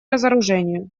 разоружению